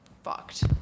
fucked